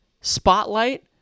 Spotlight